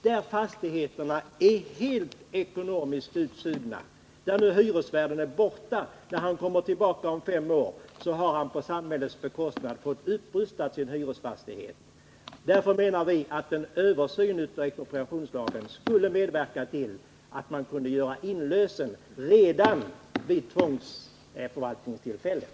Den tvångsförvaltas nu i fem år, och när hyresvärden kommer tillbaka om fem år har han på samhällets bekostnad fått sin hyresfastighet upprustad. En översyn av expropriationslagen skulle medverka till att man kunde göra inlösen redan vid tvångsförvaltningstillfället.